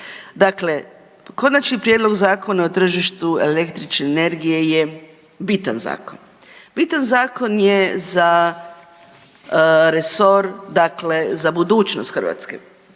Dakle, Konačni prijedlog Zakona o tržištu električne energije je bitan zakon. Bitan zakon je za resor dakle za budućnost Hrvatske.